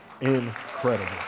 Incredible